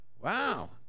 Wow